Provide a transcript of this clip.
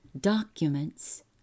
documents